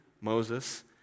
Moses